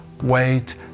Wait